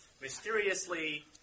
mysteriously